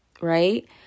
right